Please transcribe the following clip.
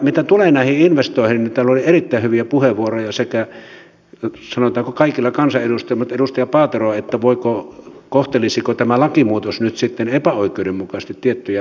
mitä tulee näihin investointeihin niin täällä oli erittäin hyviä puheenvuoroja sanotaanko kaikilla kansanedustajilla ja edustaja paatero pohti kohtelisiko tämä lakimuutos nyt sitten epäoikeudenmukaisesti tiettyjä verkkoyhtiöitä